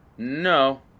No